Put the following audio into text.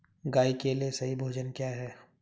गाय के लिए सही भोजन क्या है?